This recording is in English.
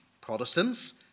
Protestants